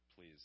please